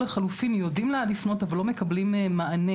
או לחלופין יודעים לאן לפנות אבל לא מקבלים מענה.